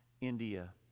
India